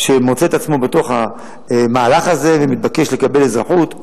שמוצא את עצמו בתוך המהלך הזה ומבקש לקבל אזרחות,